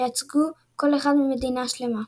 שייצגו כל אחד מדינה שלמה.